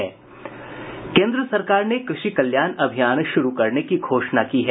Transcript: केन्द्र सरकार ने कृषि कल्याण अभियान शुरू करने की घोषणा की है